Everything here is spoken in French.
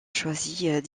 choisit